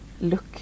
look